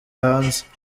hanze